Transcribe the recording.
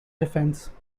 defense